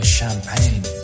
champagne